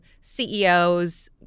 CEOs